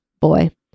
boy